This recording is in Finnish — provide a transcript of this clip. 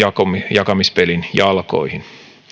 jakamispelin jalkoihin